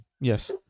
Yes